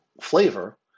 flavor